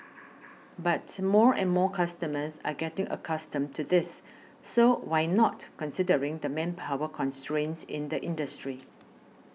but more and more customers are getting accustomed to this so why not considering the manpower constraints in the industry